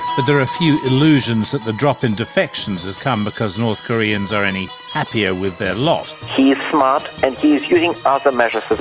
but there are few illusions that the drop in defections has come because north koreans are any happier with their lot. he is smart and he is using other measures as